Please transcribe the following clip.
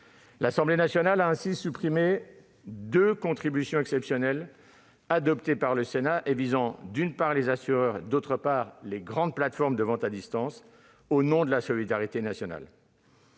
L'Assemblée nationale a aussi supprimé les deux contributions exceptionnelles adoptées par le Sénat visant, d'une part, les assureurs et, d'autre part, les grandes plateformes de la vente à distance, au nom de la solidarité nationale.